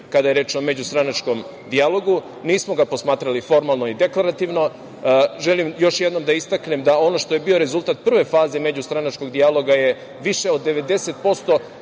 kada je reč o međustranačkom dijalogu. Nismo ga posmatrali formalno i dekorativno. Želim još jednom da istaknem da ono što je bio rezultat prve faze međustranačkog dijaloga je više od 90%